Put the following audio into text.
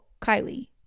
Kylie